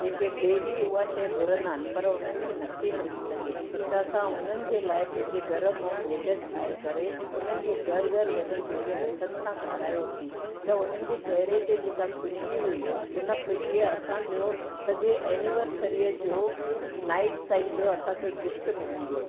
जेके डेली उहा शइ घुरंदा आहिनि पर उन्हनि खे न थी मिली सघे त असां हुननि जे लाइ पंहिंजे घर मां भोॼन ठाहे करे उन्हनि खे घरु घरु वञी पंहिंजे हथनि सां खारायोसीं त उन्हनि जे चेहरे ते जेका ख़ुशी हुई उन ख़ुशीअ असांजो सॼे एनिवर्सरीअ जो नाइट ताईं जो असांखे गिफ़्ट मिली वियो